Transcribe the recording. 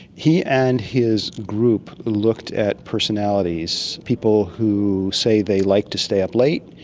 he and his group looked at personalities, people who say they like to stay up late,